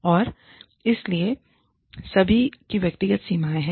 और इसलिए सभी की व्यक्तिगत सीमाएँ हैं